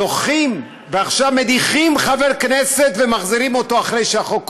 דוחים ועכשיו מדיחים חבר כנסת ומחזירים אותו אחרי שהחוק עובר.